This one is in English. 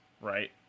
right